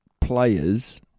players